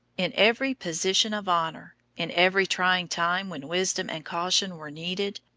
in every position of honor, in every trying time when wisdom and caution were needed,